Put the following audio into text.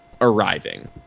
arriving